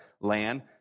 land